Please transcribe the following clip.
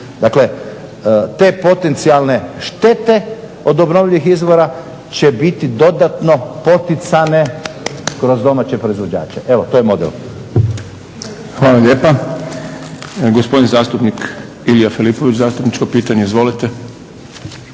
Dakle, te potencijalne štete od obnovljivih izvora će biti dodatno poticane kroz domaće proizvođače. Evo to je model. **Šprem, Boris (SDP)** Hvala lijepa. Gospodin zastupnik Ilija Filipović, zastupničko pitanje. Izvolite.